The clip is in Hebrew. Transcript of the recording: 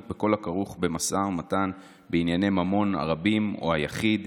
בכל הכרוך במשא ומתן בענייני ממון הרבים או היחיד,